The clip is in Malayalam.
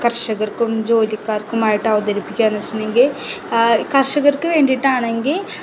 കർഷകർക്കും ജോലിക്കാർക്കുമായിട്ട് അവതരിപ്പിക്കുക എന്ന് വച്ചിട്ടുണ്ടെങ്കിൽ കർഷകർക്ക് വേണ്ടിയിട്ടാണെങ്കിൽ